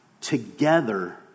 together